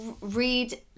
read